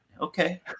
Okay